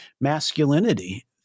masculinity